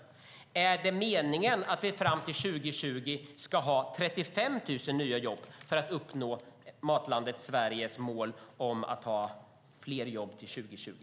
Är det meningen att vi fram till 2020 ska ha 35 000 nya jobb för att man ska uppnå Matlandet Sveriges mål om att skapa fler jobb till 2020?